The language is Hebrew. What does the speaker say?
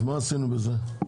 אז מה עשינו בזה?